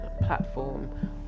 platform